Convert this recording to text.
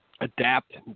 adapt